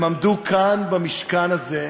הם עמדו כאן במשכן הזה,